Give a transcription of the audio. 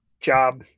job